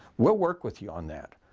we'll work with you on that.